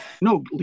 No